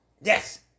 Yes